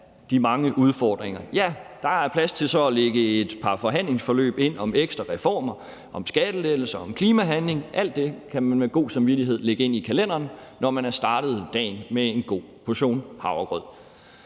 de mange udfordringer. Ja, der er plads til så at lægge et par forhandlingsforløb ind om ekstra reformer, om skattelettelser og om klimahandling. Alt det kan man med god samvittighed lægge ind i kalenderen, når man har startet dagen med en god portion havregrød.